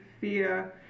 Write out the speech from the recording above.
fear